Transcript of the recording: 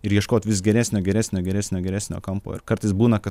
ir ieškot vis geresnio geresnio geresnio geresnio kampo ir kartais būna kad